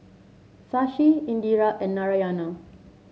Shashi Indira and Narayana